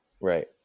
Right